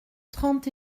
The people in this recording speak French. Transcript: trente